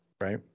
right